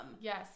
yes